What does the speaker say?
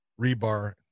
rebar